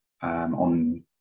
on